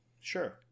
Sure